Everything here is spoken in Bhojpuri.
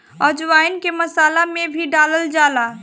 अजवाईन के मसाला में भी डालल जाला